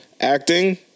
acting